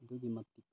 ꯑꯗꯨꯛꯀꯤ ꯃꯇꯤꯛ